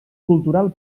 cultural